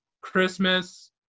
Christmas